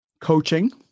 coaching